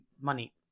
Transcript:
money